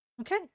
Okay